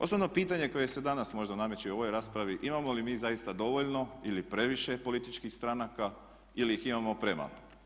Osnovno pitanje koje se danas možda nameće u ovoj raspravi imamo li mi zaista dovoljno ili previše političkih stranaka ili ih imamo premalo.